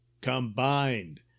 combined